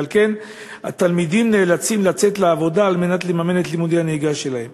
ועל כן התלמידים נאלצים לצאת לעבודה על מנת לממן את לימודי הנהיגה שלהם.